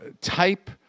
type